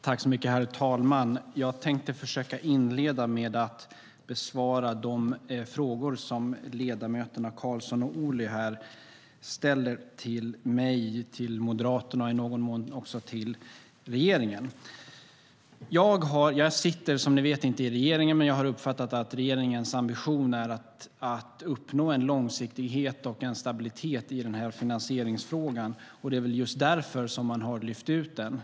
Herr talman! Jag tänkte inleda med att försöka besvara de frågor som ledamöterna Carlsson och Ohly ställer till mig, till Moderaterna och i någon mån också till regeringen. Jag sitter som ni vet inte i regeringen, men jag har uppfattat att regeringens ambition är att uppnå en långsiktighet och en stabilitet i den här finansieringsfrågan. Det är väl just därför som man har lyft ut den.